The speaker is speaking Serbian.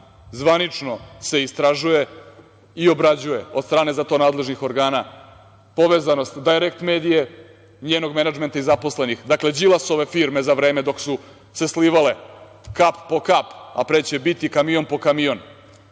dana. Zvanično se istražuje i obrađuje od strane za to nadležnih organa povezanost „Dajrekt medije“ i njenog menadžmenta i zaposlenih. Dakle, Đilasove firme za vreme dok su se slivale, kap po kap, a pre će biti kamion po kamion